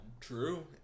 True